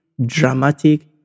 dramatic